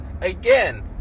again